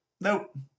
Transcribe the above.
Nope